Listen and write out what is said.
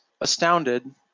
astounded